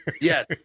yes